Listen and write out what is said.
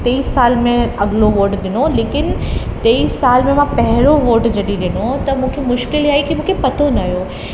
तेवीस साल में अॻलो वोट ॾिनो लेकिनि तेवीस साल में मां पहिरियों वोट जॾहिं ॾिनो मूंखे मुश्किल किया ई मूंखे पतो न हुओ